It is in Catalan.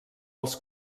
els